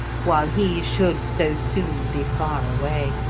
while he should so soon be far away.